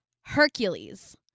Hercules